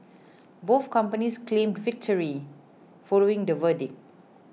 both companies claimed victory following the verdict